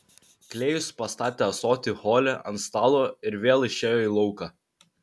klėjus pastatė ąsotį hole ant stalo ir vėl išėjo į lauką